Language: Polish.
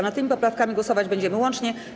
Nad tymi poprawkami głosować będziemy łącznie.